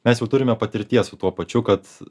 mes jau turime patirties su tuo pačiu kad